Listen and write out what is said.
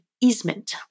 easement